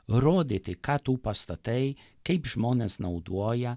rodyti ką tu pastatai kaip žmonės naudoja